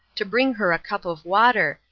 to bring her a cup of water,